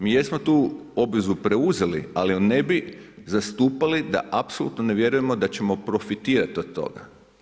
Mi jesmo tu obvezu preuzeli, ali ju ne bi zastupali da apsolutno ne vjerujemo da ćemo profitirati od toga.